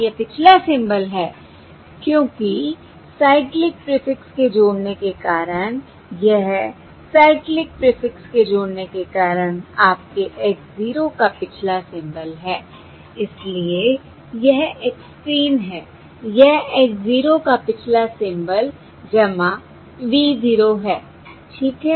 यह पिछला सिंबल है क्योंकि साइक्लिक प्रीफिक्स के जोड़ने के कारण यह साइक्लिक प्रीफिक्स के जोड़ने के कारण आपके x 0 का पिछला सिंबल है इसलिए यह x 3 है यह x 0 का पिछला सिंबल v 0 है ठीक है